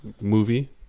movie